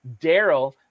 Daryl